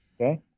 Okay